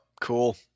Cool